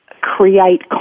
create